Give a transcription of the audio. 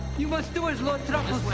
you must do as lord